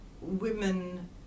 women